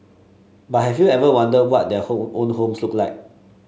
but have you ever wondered what their hole own homes look like